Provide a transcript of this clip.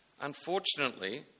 Unfortunately